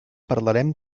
parlarem